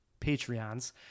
Patreons